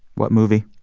what movie?